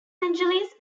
angeles